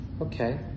Okay